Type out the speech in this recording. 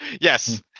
Yes